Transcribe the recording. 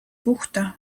puhta